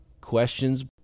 questions